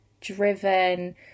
driven